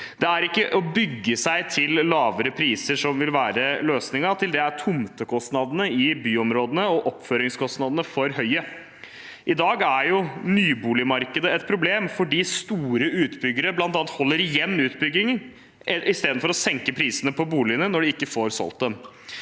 Det er ikke å bygge seg til lavere priser som vil være løsningen. Til det er tomtekostnadene i byområdene og oppføringskostnadene for høye. I dag er nyboligmarkedet et problem fordi store utbyggere bl.a. holder igjen utbyggingen istedenfor å senke prisene på boligene når de ikke får solgt dem.